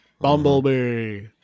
Bumblebee